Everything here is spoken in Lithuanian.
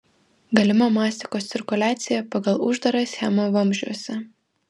galima mastikos cirkuliacija pagal uždarą schemą vamzdžiuose